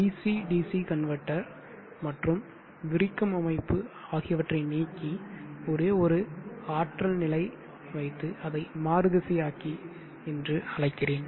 dc dc converter மற்றும் விரிக்கும் அமைப்பு ஆகியவற்றை நீக்கி ஒரே ஒரு ஆற்றல்நிலை வைத்து அதை மாறுதிசையாக்கி என்று அழைக்கிறேன்